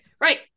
Right